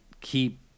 keep